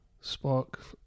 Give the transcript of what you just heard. Spark